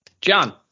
John